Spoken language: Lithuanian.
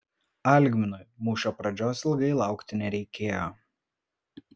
algminui mūšio pradžios ilgai laukti nereikėjo